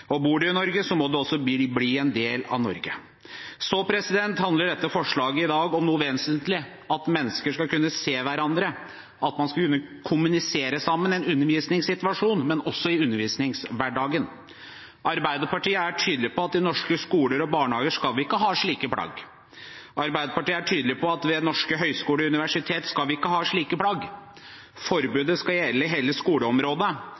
og bor du i Norge, må du også bli en del av Norge. Så handler dette forslaget i dag om noe vesentlig, at mennesker skal kunne se hverandre, at man skal kunne kommunisere sammen i undervisningssituasjoner, men også i undervisningshverdagen. Arbeiderpartiet er tydelig på at i norske skoler og barnehager skal vi ikke ha slike plagg. Arbeiderpartiet er tydelig på at ved norske høyskoler og universiteter skal vi ikke ha slike plagg. Forbudet skal gjelde hele skoleområdet.